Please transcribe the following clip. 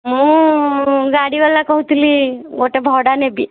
ମୁଁ ଗାଡ଼ିବାଲା କହୁଥିଲି ଗୋଟେ ଭଡ଼ା ନେବି